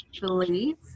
believe